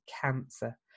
cancer